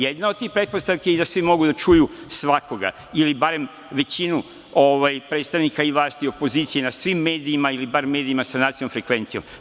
Jedna od tih pretpostavki je i da svi mogu da čuju svakoga ili barem većinu predstavnika vlasti, opozicije na svim medijima ili bar medijima sa nacionalnom frekvencijom.